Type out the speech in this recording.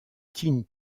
teen